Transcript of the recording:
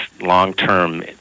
long-term